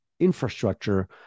infrastructure